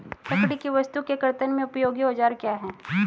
लकड़ी की वस्तु के कर्तन में उपयोगी औजार क्या हैं?